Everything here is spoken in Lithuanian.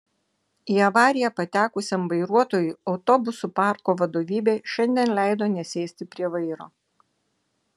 į avariją patekusiam vairuotojui autobusų parko vadovybė šiandien leido nesėsti prie vairo